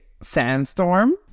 sandstorm